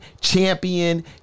champion